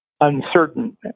uncertain